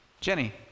Jenny